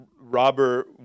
Robert